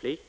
mycket.